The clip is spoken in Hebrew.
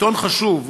עיתון חשוב,